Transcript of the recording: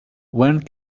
one